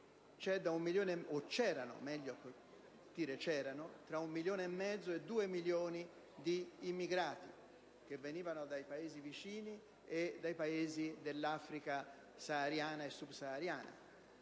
erano tra un milione e mezzo e due milioni di immigrati provenienti dai Paesi vicini e dai Paesi dell'Africa saharianaa e sub-sahariana.